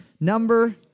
number